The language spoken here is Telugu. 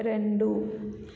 రెండు